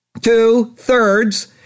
Two-thirds